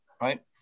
right